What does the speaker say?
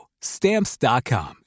Stamps.com